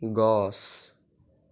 গছ